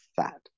fat